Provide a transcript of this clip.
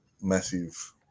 Massive